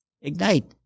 ignite